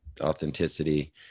authenticity